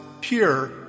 pure